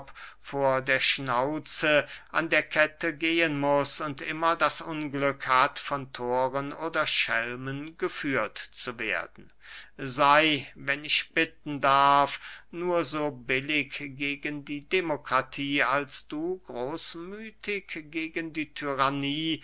vor der schnauze an der kette gehen muß und immer das unglück hat von thoren oder schelmen geführt zu werden sey wenn ich bitten darf nur so billig gegen die demokratie als du großmüthig gegen die tyrannie